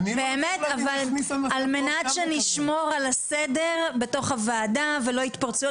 על מנת שנשמור על הסדר בוועדת החינוך ולא התפרצויות,